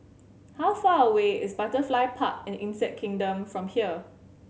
how far away is Butterfly Park and Insect Kingdom from here